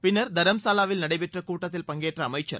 பின்னர் தர்ம்சாலாவில் நடைபெற்ற கூட்டத்தில் பங்கேற்ற அமைச்சர்